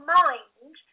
mind